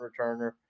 returner